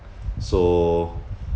so